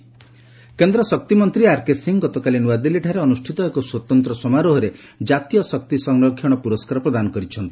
energy award କେନ୍ଦ୍ର ଶକ୍ତିମନ୍ତ୍ରୀ R K Singh ଗତକାଲି ନୂଆଦିଲ୍ଲୀଠାରେ ଅନୁଷ୍ଠିତ ଏକ ସ୍ୱତନ୍ତ୍ର ସମାରୋହରେ ଜାତୀୟ ଶକ୍ତି ସଂରକ୍ଷଣ ପୁରସ୍କାର ପ୍ରଦାନ କରିଛନ୍ତି